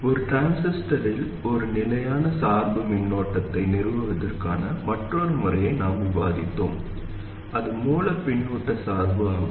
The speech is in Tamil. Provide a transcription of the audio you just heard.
ஒரு டிரான்சிஸ்டரில் ஒரு நிலையான சார்பு மின்னோட்டத்தை நிறுவுவதற்கான மற்றொரு முறையை நாம் விவாதித்தோம் அது மூல பின்னூட்ட சார்பு ஆகும்